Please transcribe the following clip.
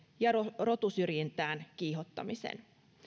ja rotusyrjintään kiihottamisen